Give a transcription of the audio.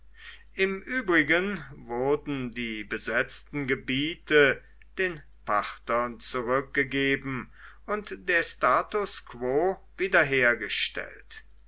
im übrigen wurden die besetzten gebiete den parthern zurückgegeben und der status quo wiederhergestellt